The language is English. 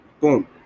Boom